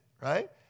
right